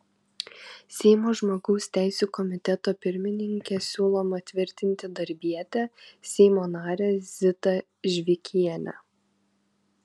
seimo žmogaus teisių komiteto pirmininke siūloma tvirtinti darbietę seimo narę zitą žvikienę